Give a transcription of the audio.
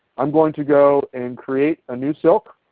i'm going to go and create a new silk.